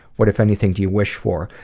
what, if anything, do you wish for?